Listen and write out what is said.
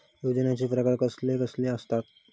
योजनांचे प्रकार कसले कसले असतत?